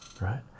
right